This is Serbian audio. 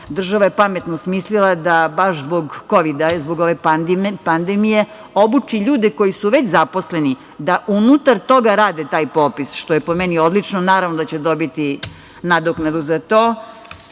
država je baš pametno smislila da baš zbog kovida, zbog ove pandemije obuči ljude koji su već zaposleni da unutar toga rade taj popis, što je po meni odlično. Naravno da će dobiti nadoknadu za to.